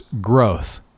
growth